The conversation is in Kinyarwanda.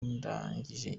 ndangije